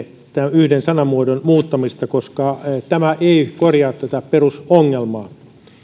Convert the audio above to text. yhden sanamuodon muuttamista koska tämä ei korjaa tätä perusongelmaa